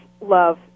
love